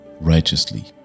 righteously